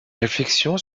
réflexion